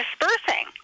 dispersing